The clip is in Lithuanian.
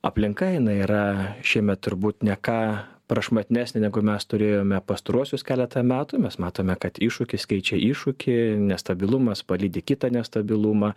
aplinka jinai yra šiemet turbūt ne ką prašmatnesnė negu mes turėjome pastaruosius keletą metų mes matome kad iššūkis keičia iššūkį nestabilumas palydi kitą nestabilumą